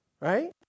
Right